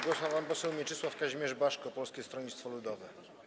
Głos ma pan poseł Mieczysław Kazimierz Baszko, Polskie Stronnictwo Ludowe.